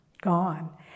gone